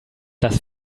das